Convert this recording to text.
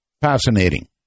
fascinating